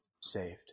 saved